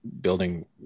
building